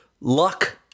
luck